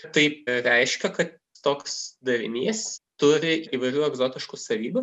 tai reiškia kad toks darinys turi įvairių egzotiškų savybių